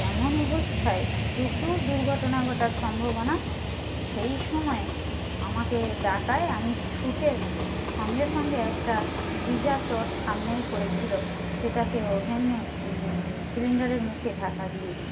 এমন অবস্থায় প্রচুর দুর্ঘটনা ঘটার সম্ভবনা সেই সময়ে আমাকে ডাকায় আমি ছুটে সঙ্গে সঙ্গে একটা ভিজা চট সামনে পড়েছিলো সেটাকে ওভেনে সিলিন্ডারের মুখে ঢাকা দিয়ে দিই